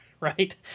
right